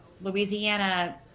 Louisiana